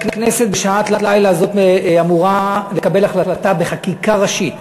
הכנסת בשעת לילה זו אמורה לקבל החלטה בחקיקה ראשית